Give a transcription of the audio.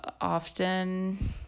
often